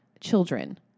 children